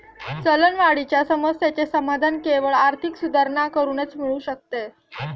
चलनवाढीच्या समस्येचे समाधान केवळ आर्थिक सुधारणा करूनच मिळू शकते